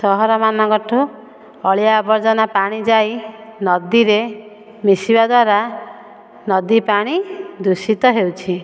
ସହର ମାନଙ୍କଠୁ ଅଳିଆ ଆବର୍ଜନା ପାଣି ଯାଇ ନଦୀରେ ମିଶିବା ଦ୍ୱାରା ନଦୀ ପାଣି ଦୂଷିତ ହେଉଛି